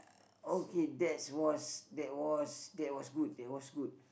okay that's was that was that was good that was good